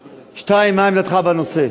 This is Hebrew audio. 2. מה היא עמדתך בנושא?